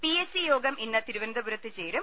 P S C യോഗം ഇന്ന് തിരുവനന്തപുരത്ത് ചേരും